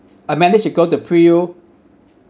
I managed to go to pre U